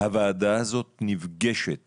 שהוועדה הזאת נפגשת